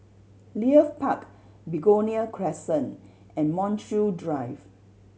Leith Park Begonia Crescent and Montreal Drive